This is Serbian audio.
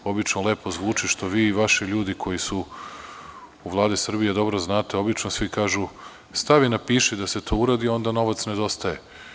Obično lepo zvuči, što vi i vaši ljudi koji su u Vladi Srbije dobro znate, obično svi kažu – stavi, napiši da se to uradi, a onda novac nedostaje.